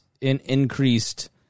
increased